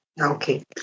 Okay